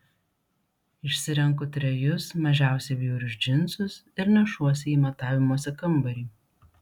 išsirenku trejus mažiausiai bjaurius džinsus ir nešuosi į matavimosi kambarį